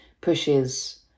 pushes